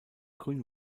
grün